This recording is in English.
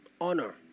honor